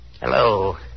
Hello